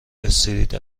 استریت